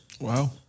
Wow